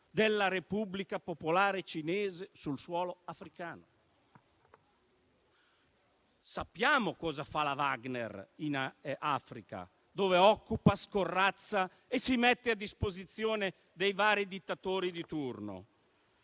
della Repubblica Popolare Cinese sul suolo africano. Sappiamo cosa fa la milizia Wagner in Africa, dove occupa, scorrazza e si mette a disposizione dei vari dittatori di turno.